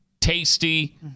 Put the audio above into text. tasty